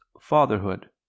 fatherhood